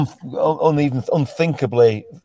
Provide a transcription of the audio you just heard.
Unthinkably